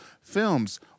films